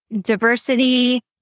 diversity